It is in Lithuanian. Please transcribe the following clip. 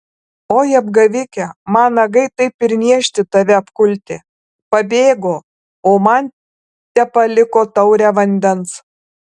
oi apgavike man nagai taip ir niežti tave apkulti pabėgo o man tepaliko taurę vandens